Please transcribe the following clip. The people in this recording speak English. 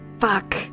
Fuck